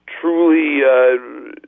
truly